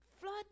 flood